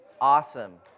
Awesome